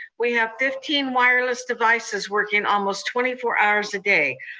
we have fifteen wireless devices working almost twenty four hours a day.